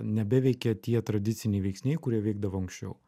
nebeveikia tie tradiciniai veiksniai kurie veikdavo anksčiau